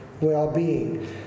well-being